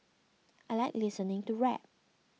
I like listening to rap